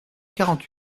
quarante